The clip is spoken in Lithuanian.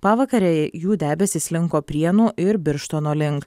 pavakarę jų debesys slinko prienų ir birštono link